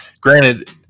Granted